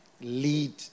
lead